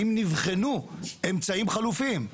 האם נבחנו אמצעים חלופיים?